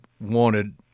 wanted